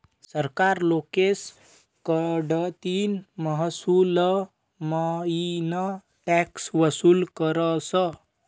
सरकार लोकेस कडतीन महसूलमईन टॅक्स वसूल करस